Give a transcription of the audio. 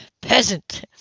Peasant